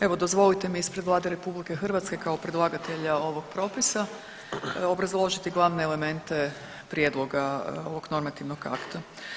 Evo dozvolite mi ispred Vlade RH kao predlagatelja ovog propisa obrazložiti glavne elemente prijedloga ovog normativnog akta.